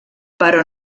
però